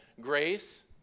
grace